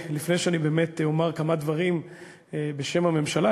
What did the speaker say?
לפני שאני באמת אומר כמה דברים בשם הממשלה,